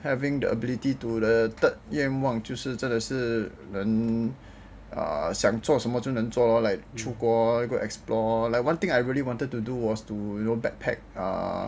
having the ability to the third 愿望就是真的是 then 啊想做什么就能做到 like 出国 go explore like one thing I really wanted to do was to backpack err